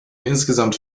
insgesamt